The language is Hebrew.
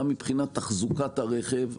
גם מבחינת תחזוקת הרכב.